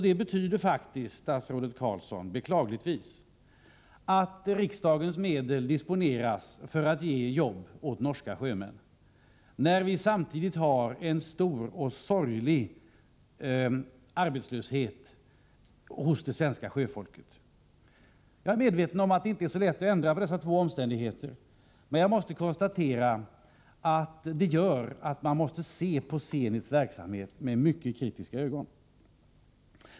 Det betyder faktiskt, statsrådet Carlsson, att riksdagens medel beklagligtvis disponeras för att ge jobb åt norska sjömän, samtidigt som vi har en stor och sorglig arbetslöshet hos det svenska sjöfolket. Jag är medveten om att det inte är så lätt att ändra på dessa båda omständigheter, men detta gör att man måste se på Zenits verksamhet med mycket kritiska ögon.